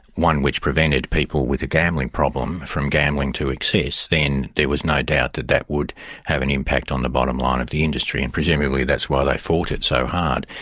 one which prevented people with a gambling problem from gambling to excess, then there was no doubt that that would have an impact on the bottom line of the industry, and presumably that's why they fought it so hard.